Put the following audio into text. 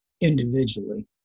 individually